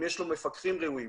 אם יש לו מפקחים ראויים,